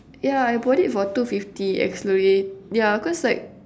yeah I bought it for two fifty exfoliate yeah cause like